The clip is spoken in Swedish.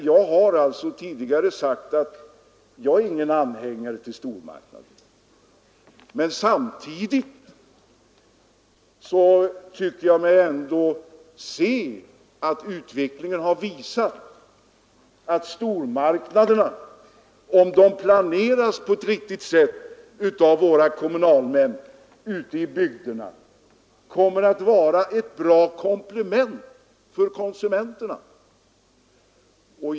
Jag har tidigare sagt att jag inte är någon företrädare för stormarknader, men samtidigt tycker jag att utvecklingen ändå har visat att stormarknaderna, om de planeras på ett riktigt sätt, kan vara ett bra komplement inom detaljhandeln för konsumenterna.